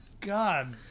God